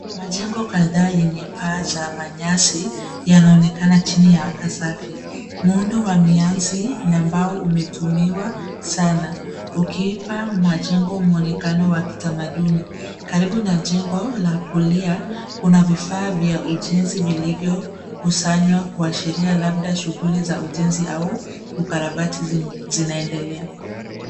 Majengo kadhaa yenye paa za manyasi yanaonekana chini ya anga safi. Muundo wa mianzi na mbao umetumiwa sana ukiipa majengo mwonekano wa kitamaduni. Karibu na jengo la kulia, kuna vifaa vya ujenzi vilivyokusanywa kuashiria labda shughuli za ujenzi au ukarabati zinaendelea.